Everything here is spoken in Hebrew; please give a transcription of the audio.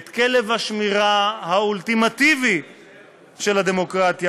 את כלב השמירה האולטימטיבי של הדמוקרטיה,